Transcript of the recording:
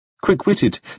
quick-witted